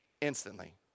instantly